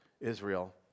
Israel